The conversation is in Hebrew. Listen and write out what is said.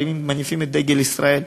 מניפים את דגל ישראל,